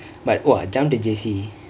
but !wah! jump to J_C